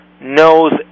knows